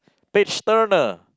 page turner